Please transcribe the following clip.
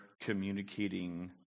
communicating